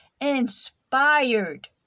inspired